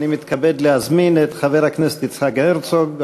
אני מתכבד להזמין את חבר הכנסת יצחק הרצוג,